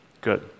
Good